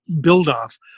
build-off